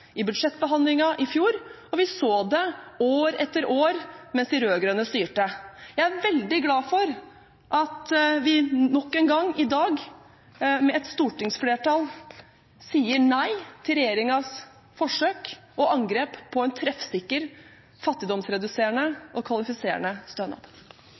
i budsjettbehandlingen i fjor, og vi så det år etter år mens de rød-grønne styrte. Jeg er veldig glad for at et stortingsflertall i dag nok en gang sier nei til regjeringens forsøk og angrep på en treffsikker, fattigdomsreduserende og kvalifiserende stønad.